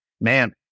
man